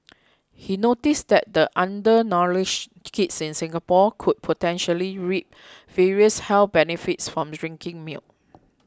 he noticed that the undernourished kids in Singapore could potentially reap various health benefits from drinking milk